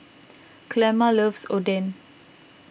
Clemma loves Oden